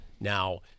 now